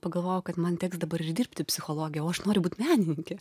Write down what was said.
pagalvojau kad man teks dabar ir dirbti psichologe o aš noriu būt menininke